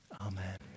Amen